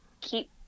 keep